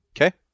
Okay